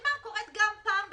והלחימה קורית גם כן פעם בשנה.